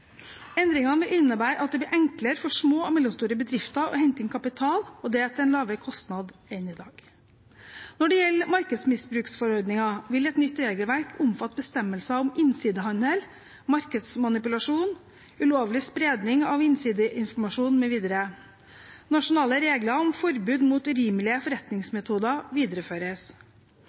Endringene vil innebære at det blir enklere for små og mellomstore bedrifter å hente inn kapital, og det til en lavere kostnad enn i dag. Når det gjelder markedsmisbruksforordningen, vil et nytt regelverk omfatte bestemmelser om innsidehandel, markedsmanipulasjon, ulovlig spredning av innsideinformasjon, mv. Nasjonale regler om forbud mot urimelige forretningsmetoder videreføres.